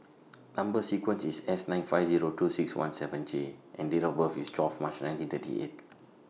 Number sequence IS S nine five Zero two six one seven J and Date of birth IS twelve March nineteen thirty eight